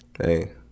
Hey